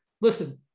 listen